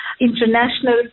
International